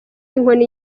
inkoni